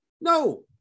No